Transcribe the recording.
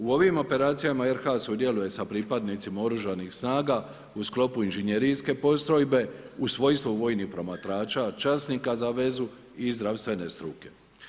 U ovim operacijama RH sudjeluje sa pripadnicima oružanih snaga u sklopu inženjerijske postrojbe, u svojstvu vojnih promatrača, časnika za vezu i zdravstvene struke.